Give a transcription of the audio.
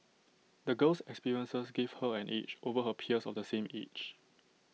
the girl's experiences gave her an edge over her peers of the same age